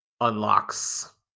unlocks